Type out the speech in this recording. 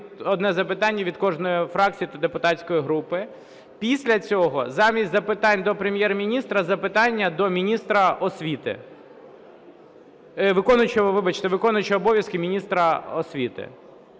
одне запитання від кожної фракції та депутатської групи; після цього – замість запитань до Прем'єр-міністра запитання до міністра освіти… вибачте, виконуючого обов'язки міністра освіти.